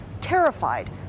terrified